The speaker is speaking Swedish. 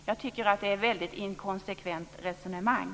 Jag tycker att det är ett väldigt inkonsekvent resonemang.